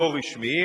לא רשמיים),